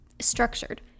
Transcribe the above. structured